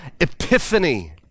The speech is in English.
epiphany